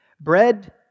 Bread